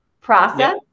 process